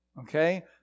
okay